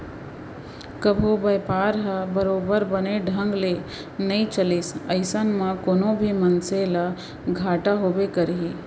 कभू बयपार ह बरोबर बने ढंग ले नइ चलिस अइसन म कोनो भी मनसे ल घाटा होबे करही